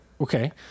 Okay